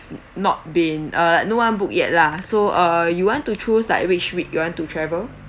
not been uh no one book yet lah so uh you want to choose like which week you want to travel